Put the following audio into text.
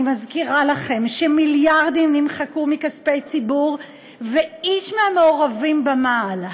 אני מזכירה לכם שמיליארדים נמחקו מכספי ציבור ואיש מהמעורבים במעל,